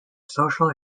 social